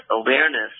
awareness